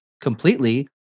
completely